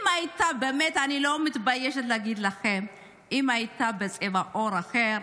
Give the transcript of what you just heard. אני לא מתביישת להגיד לכם שאם היא הייתה בצבע עור אחר,